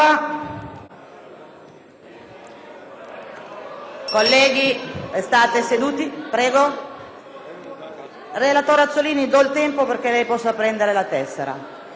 Colleghi, restate seduti. Relatore Azzollini, le do il tempo perché lei possa prendere la tessera.